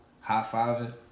high-fiving